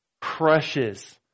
crushes